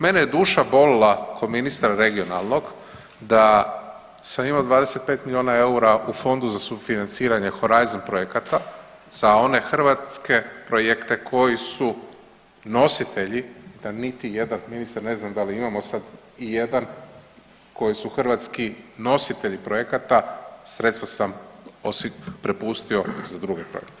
Mene je duša bolila kao ministra regionalnog da sam imao 25 milijuna eura u fondu za sufinanciranje Horizon projekata za one hrvatske projekte koji su nositelji, da niti jedan ministar ne znam da li imamo sad ijedan koji su hrvatski nositelji projekata, sredstva sam .../nerazumljivo/... prepustio za druge projekte.